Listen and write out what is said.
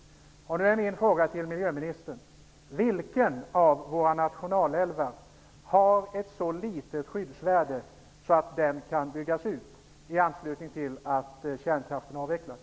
Min fråga till miljöministern är vilken av våra nationalälvar som har ett så litet skyddsvärde att den kan byggas ut i anslutning till att kärnkraften avvecklas.